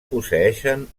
posseeixen